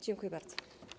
Dziękuję bardzo.